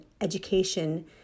education